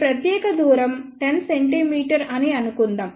ఈ ప్రత్యేక దూరం 10 cm అని అనుకుందాం